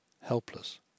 helpless